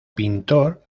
pintor